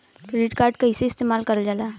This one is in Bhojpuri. क्रेडिट कार्ड कईसे इस्तेमाल करल जाला?